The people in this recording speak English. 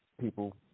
People